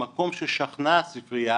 במקום ששכנה הספרייה